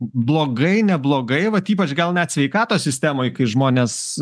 blogai neblogai vat ypač gal net sveikatos sistemoj kai žmonės